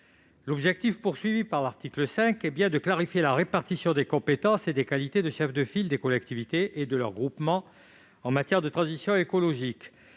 deux précisions. L'article 5 a pour objet de clarifier la répartition des compétences et des qualités de chefs de file des collectivités et de leurs groupements en matière de transition écologique.